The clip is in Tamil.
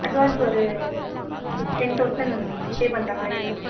அட்வான்ஸ் ஒரு டென் தௌசண்ட் பே பண்ணுற மாதிரி இருக்கும் மேம்